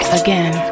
again